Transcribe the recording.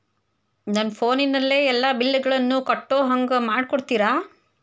ನನ್ನ ಫೋನಿನಲ್ಲೇ ಎಲ್ಲಾ ಬಿಲ್ಲುಗಳನ್ನೂ ಕಟ್ಟೋ ಹಂಗ ಮಾಡಿಕೊಡ್ತೇರಾ?